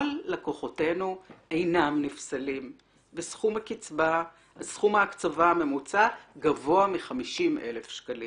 כל לקוחותינו אינם נפסלים וסכום ההקצבה הממוצע גבוה מ-50,000 שקלים"